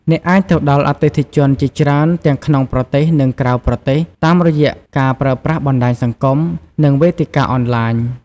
អ្នកអាចទៅដល់អតិថិជនជាច្រើនទាំងក្នុងប្រទេស និងក្រៅប្រទេស តាមរយៈការប្រើប្រាស់បណ្ដាញសង្គម និងវេទិកាអនឡាញ។